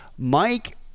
Mike